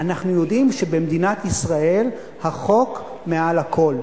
אנחנו יודעים שבמדינת ישראל החוק מעל הכול.